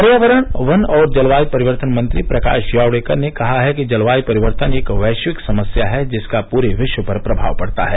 पर्यावरण वन और जलवायू परिवर्तन मंत्री प्रकाश जावड़ेकर ने कहा है कि जलवायू परिवर्तन एक वैश्विक समस्या है जिसका पूरे विश्व पर प्रभाव पड़ता है